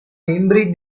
membri